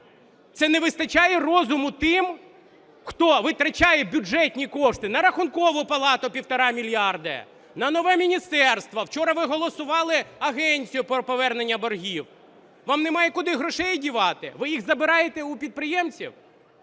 Це не вистачає розуму тим, хто витрачає бюджетні кошти на Рахункову палату 1,5 мільярда, на нове міністерство. Вчора ви голосували агенцію по поверненню боргів. Вам немає куди грошей дівати? Ви їх забираєте у підприємців?